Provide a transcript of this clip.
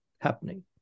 happening